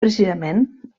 precisament